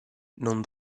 non